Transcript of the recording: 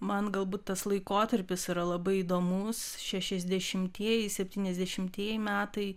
man galbūt tas laikotarpis yra labai įdomus šešiasdešimtieji septyniasdešimtieji metai